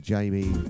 Jamie